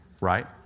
Right